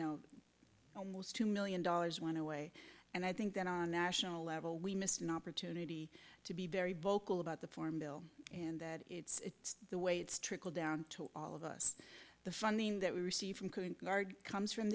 know almost two million dollars went away and i think that on national level we missed an opportunity to be very vocal about the form bill and that it's the way it's trickle down to all of us the funding that we receive from c